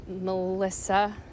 Melissa